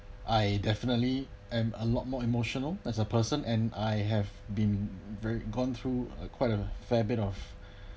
I definitely am a lot more emotional as a person and I have been very gone through a quite a fair bit of